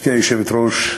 גברתי היושבת-ראש,